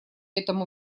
этому